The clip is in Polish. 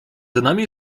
nami